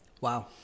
Wow